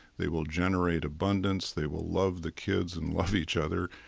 they will generate abundance, they will love the kids and love each other,